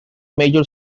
major